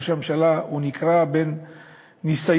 ראש הממשלה נקרע בין ניסיון,